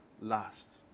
last